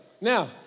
now